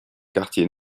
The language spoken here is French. quartier